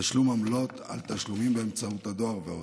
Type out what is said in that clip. תשלום עמלות על תשלומים באמצעות הדואר ועוד.